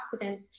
antioxidants